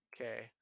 Okay